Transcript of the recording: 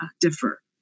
differ